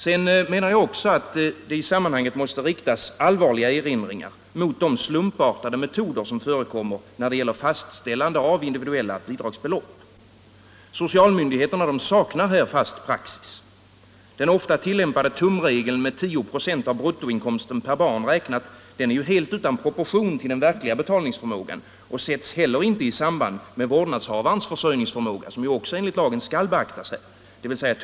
Jag menar också att det i sammanhanget måste riktas allvarliga erinringar mot de slumpartade metoder som förekommer vid fastställande av individuella bidragsbelopp. Socialmyndigheterna saknar här fast praxis. Den ofta tillämpade tumregeln som innebär 10 96 av bruttoinkomsten per barn står helt utan proportion till den verkliga betalningsförmågan och sätts inte heller i samband med vårdnadshavarens försörjningsförmåga, som också skall beaktas enligt lagen.